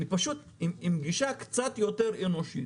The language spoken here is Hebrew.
פשוט עם גישה יותר אנושית